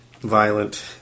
violent